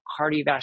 cardiovascular